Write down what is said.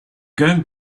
going